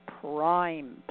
prime